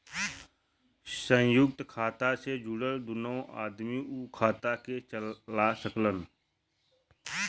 संयुक्त खाता मे जुड़ल दुन्नो आदमी उ खाता के चला सकलन